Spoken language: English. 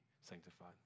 sanctified